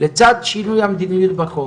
לצד שינוי המדיניות בחוק